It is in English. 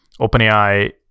OpenAI